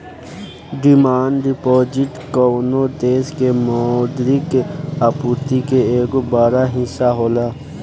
demand deposit कवनो देश के मौद्रिक आपूर्ति के एगो बड़ हिस्सा होला